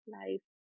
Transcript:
life